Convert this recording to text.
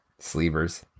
Sleevers